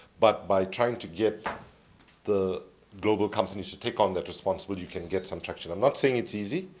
but by trying to get the global companies to take on the responsibility you can get some traction. i'm not saying it's easy,